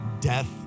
Death